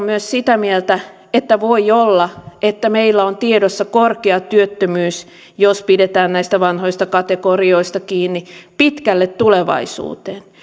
myös sitä mieltä että voi olla että meillä on tiedossa korkea työttömyys jos pidetään näistä vanhoista kategorioista kiinni pitkälle tulevaisuuteen